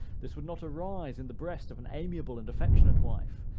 this would not arise in the breast of an amiable and affectionate wife,